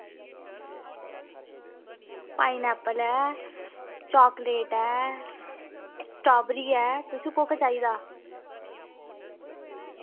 pineapple ऐ chocolate ऐ strawberry ऐ तुसें कोह्का चाहिदा